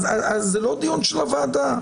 זה לא דיון של הוועדה.